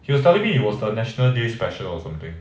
he was telling me it was the national day special or something